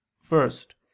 First